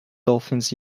dolphins